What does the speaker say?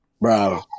Bro